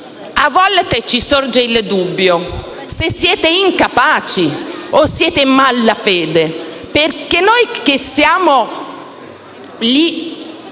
A volte ci sorge il dubbio se siete incapaci o in malafede, perché noi che siamo gli